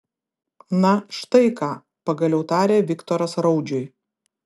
na štai ką pagaliau tarė viktoras raudžiui